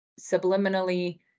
subliminally